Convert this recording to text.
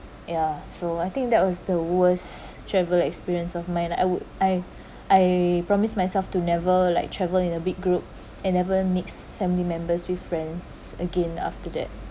ya so I think that was the worst travel experience of mine I would I I promised myself to never like traveling in a big group and never mix family members with friends again after that